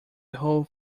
whole